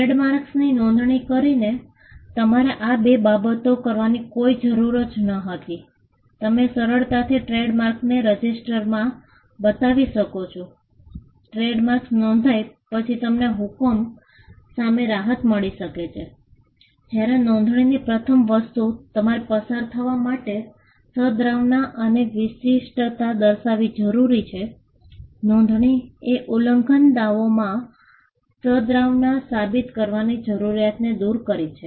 ટ્રેડમાર્કની નોંધણી કરીને તમારે આ બે બાબતો કરવાની કોઈ જરૂર નહોતી તમે સરળતાથી ટ્રેડમાર્કને રજિસ્ટરમાં નોંધાવી શકો છો ટ્રેડમાર્ક નોંધાય પછી તમને હુકમ સામે રાહત મળી શકે છે જ્યારે નોંધણીની પ્રથમ વસ્તુ તમારે પસાર થવા માટે સદ્ભાવના અને વિશિષ્ટતા દર્શાવવી જરૂરી છે નોંધણીએ ઉલ્લંઘન દાવોમાં સદ્ભાવના સાબિત કરવાની જરૂરિયાતને દૂર કરી છે